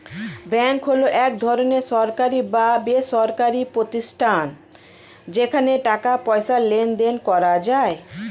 bank হলো এক ধরনের সরকারি বা বেসরকারি প্রতিষ্ঠান যেখানে টাকা পয়সার লেনদেন করা যায়